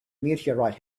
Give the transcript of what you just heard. meteorite